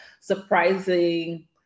surprising